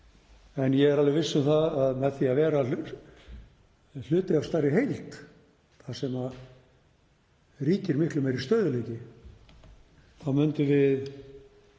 en ég er alveg viss um að með því að vera hluti af stærri heild þar sem ríkir miklu meiri stöðugleiki þá myndum við